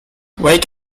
wake